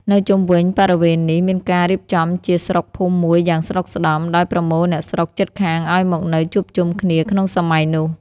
នៅជុំវិញបរិវេណនេះ មានការរៀបចំជាស្រុកភូមិមួយយ៉ាងស្តុកស្តម្ភ ដោយប្រមូលអ្នកស្រុកជិតខាងឲ្យមកនៅជួបជុំគ្នាក្នុងសម័យនោះ ។